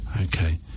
Okay